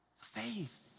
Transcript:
Faith